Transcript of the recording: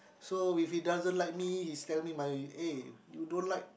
so if he doesn't like me he tell my eh you don't like